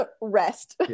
rest